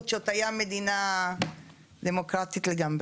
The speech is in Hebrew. כשעוד הייתה מדינה דמוקרטית לגמרי.